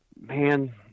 man